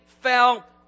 fell